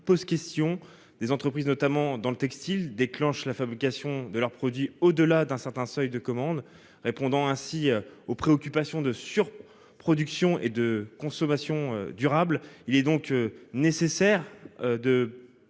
pose question : des entreprises, notamment dans le textile, déclenchent la fabrication de leurs produits au-delà d'un certain seuil de commande, répondant ainsi aux préoccupations de surproduction et de consommation durable. Il est ainsi proposé de